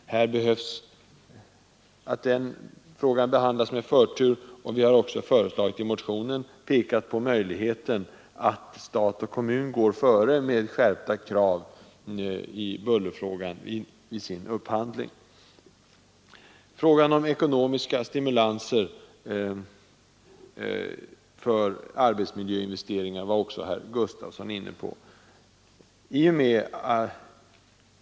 Därför bör den frågan behandlas med förtur. Vi har i motionen också pekat på möjligheten att stat och kommun i sin upphandling går före med skärpta krav i bullerfrågan. Frågan om ekonomiska stimulanser för arbetsmiljöinvesteringar var också herr Gustavsson i Alvesta inne på.